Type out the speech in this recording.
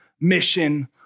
mission